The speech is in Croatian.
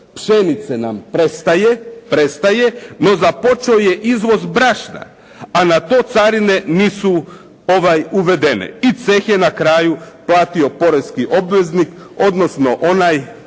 prestaje, prestaje, no započeo je izvoz brašna, a na to carine nisu uvedene i ceh je na kraju platio poreski obveznik odnosno onaj